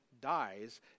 dies